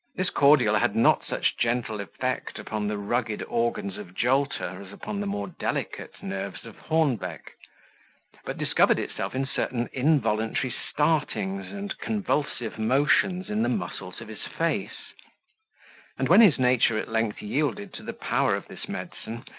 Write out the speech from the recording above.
this cordial had not such gentle effect upon the rugged organs of jolter as upon the more delicate nerves of hornbeck but discovered itself in certain involuntary startings, and convulsive motions in the muscles of his face and when his nature at length yielded to the power of this medicine,